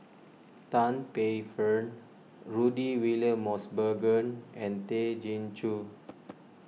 Tan Paey Fern Rudy William Mosbergen and Tay Chin Joo